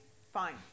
fine